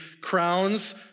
crowns